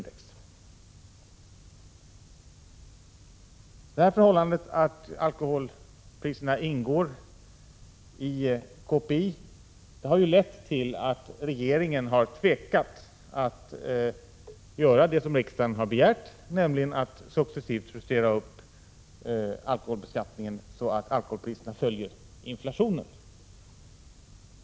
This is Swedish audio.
Det förhållandet att alkoholpriserna ingår i KPI har lett till att regeringen har tvekat att göra det som riksdagen har begärt, nämligen att successivt justera upp alkoholbeskattningen så att alkoholpriserna följer inflationen.